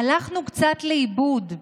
הלכנו קצת לאיבוד.